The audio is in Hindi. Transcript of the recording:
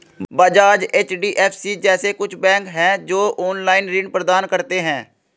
बजाज, एच.डी.एफ.सी जैसे कुछ बैंक है, जो ऑनलाईन ऋण प्रदान करते हैं